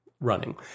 running